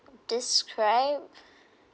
describe